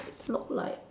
look like